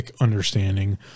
understanding